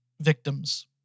victims